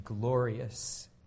glorious